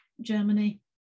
Germany